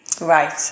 right